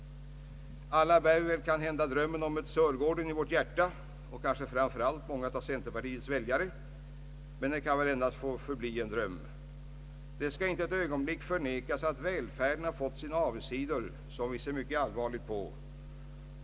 Det är någonting som inte stämmer i centerpartiets förkunnelse. Alla bär vi kanske drömmen om ett Sörgården i vårt hjärta, främst många av centerpartiets väljare, men det kan endast förbli en dröm. Det skall inte ett ögonblick förnekas att välfärden har fått sina avigsidor som vi ser mycket allvarligt på.